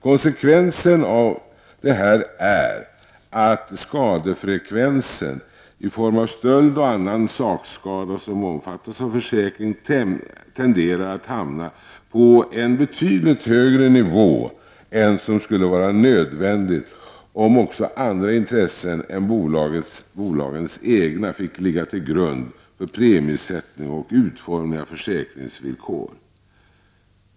Konsekvensen av detta är att skadefrekvensen i form av stöld och annan sakskada som omfattas av försäkring tenderar att hamna på en betydligt högre nivå än som skulle vara nödvändigt om också andra intressen än bolagens egna fick ligga till grund för premiesättning och utformning av försäkringsvillkor.